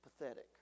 pathetic